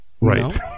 Right